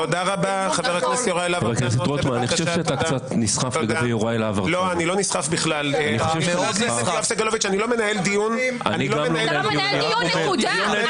לא, אתה לא יכול להמשיך כל הזמן במצב הזה.